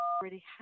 already